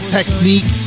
Technique